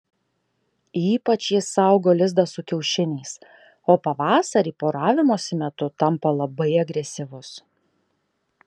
ypač jis saugo lizdą su kiaušiniais o pavasarį poravimosi metu tampa labai agresyvus